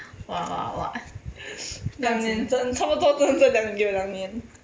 两年真差不多真的是两有两年